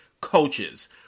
coaches